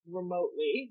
remotely